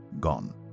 gone